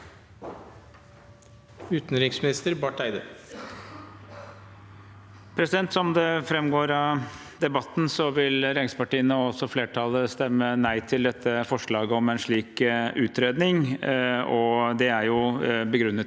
Utenriksminister Espen Barth Eide Som det framgår av debatten, vil regjeringspartiene og flertallet stemme nei til dette forslaget om en slik utredning. Det er begrunnet